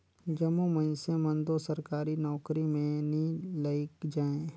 जम्मो मइनसे मन दो सरकारी नउकरी में नी लइग जाएं